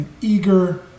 eager